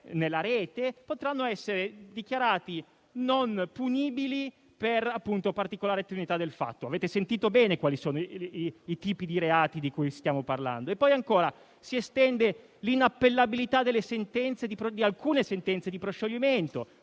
nella rete, potranno essere dichiarati non punibili per particolare tenuità del fatto. Avete sentito bene quali sono i tipi di reati di cui stiamo parlando. Ancora, si estende l'inappellabilità di alcune sentenze di proscioglimento.